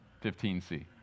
15c